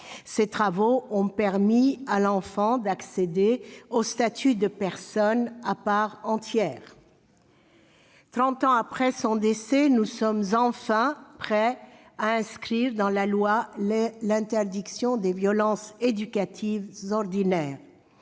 Ses travaux ont permis à l'enfant d'accéder au statut de personne à part entière. Trente ans après son décès, nous sommes enfin prêts à inscrire dans la loi l'interdiction des violences éducatives ordinaires.